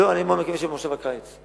אני מאוד מקווה שבכנס הקיץ.